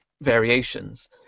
variations